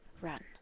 run